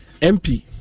MP